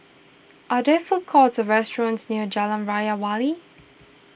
are there food courts or restaurants near Jalan Raja Wali